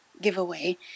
giveaway